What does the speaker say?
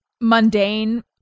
mundane